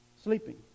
Sleeping